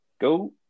Go